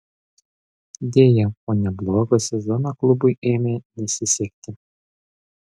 deja po neblogo sezono klubui ėmė nesisekti